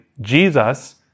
Jesus